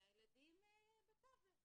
והילדים בתווך.